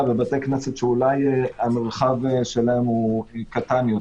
בבתי כנסת שאולי המרחב שלהם קטן יותר,